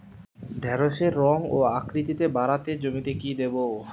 ঢেঁড়সের রং ও আকৃতিতে বাড়াতে জমিতে কি দেবো?